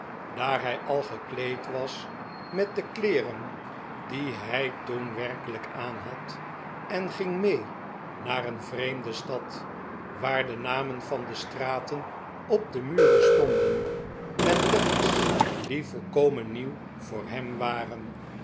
daat hij al gekleed was met de kleeren die hij toen werkelijk aanhad en ging mee naar een vreemde stad waar de namen van de straten op de muren stonden met letters die volkomen nieuw voor hem waren